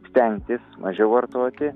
stengtis mažiau vartoti